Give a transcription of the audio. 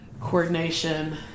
coordination